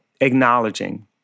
acknowledging